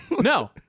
No